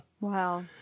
Wow